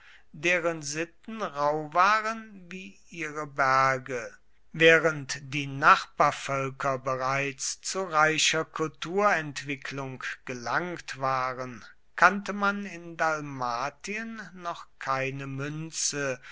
deren sitten rauh waren wie ihre berge während die nachbarvölker bereits zu reicher kulturentwicklung gelangt waren kannte man in dalmatien noch keine münze